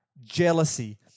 jealousy